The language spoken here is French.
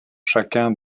chacun